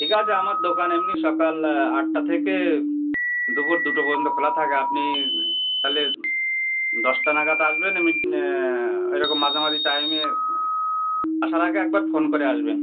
ঠিক আছে আমার দোকান এমনি সকাল আটটা থেকে দুপুর দুটো পর্যন্ত খোলা থাকে আপনি তাহলে দশটা নাগাদ আসবেন আমি এরকম মাঝামাঝি টাইমে আসার আগে একবার ফোন করে আসবেন